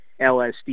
LSD